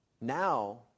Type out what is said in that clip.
Now